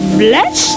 bless